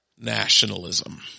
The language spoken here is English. nationalism